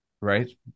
Right